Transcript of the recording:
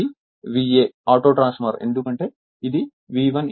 ఇది VA auto transformer ఎందుకంటే ఇది V1 I1 V2 I2